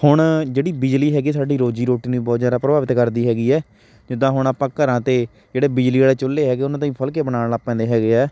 ਹੁਣ ਜਿਹੜੀ ਬਿਜਲੀ ਹੈਗੀ ਹੈ ਸਾਡੀ ਰੋਜ਼ੀ ਰੋਟੀ ਨੂੰ ਬਹੁਤ ਜ਼ਿਆਦਾ ਪ੍ਰਭਾਵਿਤ ਕਰਦੀ ਹੈਗੀ ਹੈ ਜਿੱਦਾਂ ਹੁਣ ਆਪਾਂ ਘਰਾਂ ਤੇ ਜਿਹੜੇ ਬਿਜਲੀ ਵਾਲੇ ਚੁੱਲ੍ਹੇ ਹੈਗੇ ਉਹਨਾਂ 'ਤੇ ਫੁੱਲਕੇ ਬਣਾਉਣ ਲੱਗ ਪੈਂਦੇ ਹੈਗੇ ਹੈ